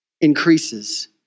increases